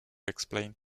explain